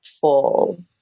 full